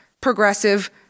progressive